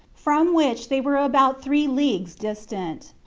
from which they were about three leagues distant.